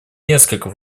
несколько